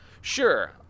Sure